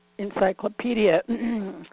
encyclopedia